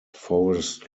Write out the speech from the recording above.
forest